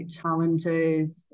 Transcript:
challenges